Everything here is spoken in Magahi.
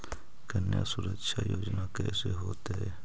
कन्या सुरक्षा योजना कैसे होतै?